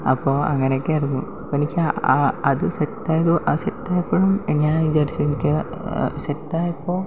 അപ്പോൾ അങ്ങനെയൊക്കെ ആയിരുന്നു എനിക്ക് ആ അത് സെറ്റായത് സെറ്റായപ്പോഴും ഞാൻ വിചാരിച്ചു എനിക്ക് സെറ്റായപ്പോൾ